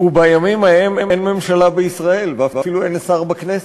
ובימים ההם אין ממשלה בישראל ואפילו אין שר בכנסת.